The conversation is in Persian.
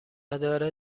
داره